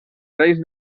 reis